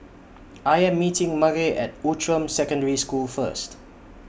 I Am meeting Murray At Outram Secondary School First